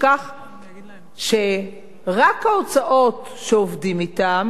שרק ההוצאות שעובדים אתן, "סטימצקי"